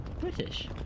British